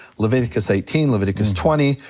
leviticus eighteen, leviticus twenty.